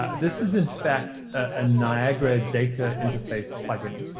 ah this is, in fact, a niagara data interface plugin.